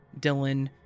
Dylan